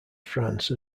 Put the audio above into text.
france